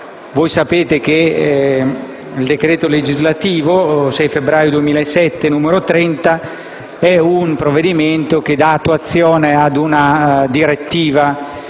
Voi sapete che il decreto legislativo 6 febbraio 2007, n. 30, è un provvedimento che dà attuazione alla direttiva